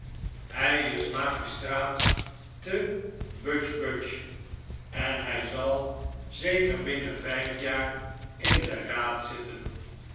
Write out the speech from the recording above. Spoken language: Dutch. hij is magistraat te budgebudge en hij zal zeker binnen vijf jaar in den raad zitten